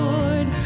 Lord